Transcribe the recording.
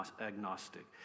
agnostic